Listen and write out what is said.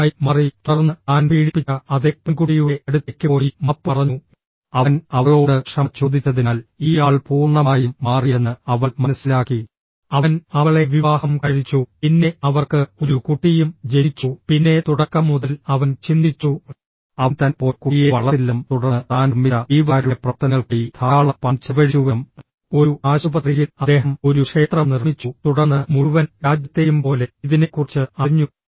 O ആയി മാറി തുടർന്ന് താൻ പീഡിപ്പിച്ച അതേ പെൺകുട്ടിയുടെ അടുത്തേക്ക് പോയി മാപ്പ് പറഞ്ഞു അവൻ അവളോട് ക്ഷമ ചോദിച്ചതിനാൽ ഈ ആൾ പൂർണ്ണമായും മാറിയെന്ന് അവൾ മനസ്സിലാക്കി അവൻ അവളെ വിവാഹം കഴിച്ചു പിന്നെ അവർക്ക് ഒരു കുട്ടിയും ജനിച്ചു പിന്നെ തുടക്കം മുതൽ അവൻ ചിന്തിച്ചു അവൻ തന്നെപ്പോലെ കുട്ടിയെ വളർത്തില്ലെന്നും തുടർന്ന് താൻ നിർമ്മിച്ച ജീവകാരുണ്യ പ്രവർത്തനങ്ങൾക്കായി ധാരാളം പണം ചെലവഴിച്ചുവെന്നും ഒരു ആശുപത്രിയിൽ അദ്ദേഹം ഒരു ക്ഷേത്രം നിർമ്മിച്ചു തുടർന്ന് മുഴുവൻ രാജ്യത്തെയും പോലെ ഇതിനെക്കുറിച്ച് അറിഞ്ഞു